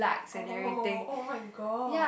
oh oh-my-god